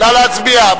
נא להצביע.